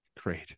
Great